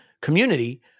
community